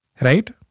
Right